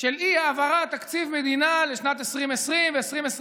של אי-העברת תקציב המדינה לשנת 2020 ו-2021